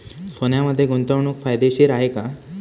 सोन्यामध्ये गुंतवणूक फायदेशीर आहे का?